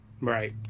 Right